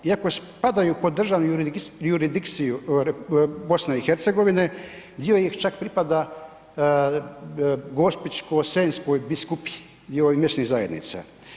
Iako spadaju pod državnu jurisdikciju BiH dio ih čak pripada Gospićko-senjskoj biskupiji i ovih mjesnih zajednica.